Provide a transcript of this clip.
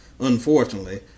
unfortunately